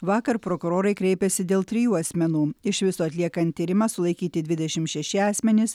vakar prokurorai kreipėsi dėl trijų asmenų iš viso atliekant tyrimą sulaikyti dvidešimt šeši asmenys